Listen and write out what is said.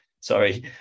Sorry